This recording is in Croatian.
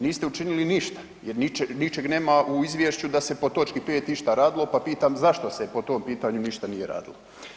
Niste učinili ništa jer ničeg nema u izvješću da se po točki 5 išta radilo pa pitam zašto se po tom pitanju ništa nije radilo?